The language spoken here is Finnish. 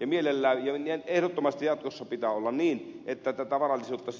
ja mielellään ehdottomasti jatkossa pitää olla niin että tätä varallisuutta